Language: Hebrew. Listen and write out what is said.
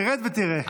תרד ותראה.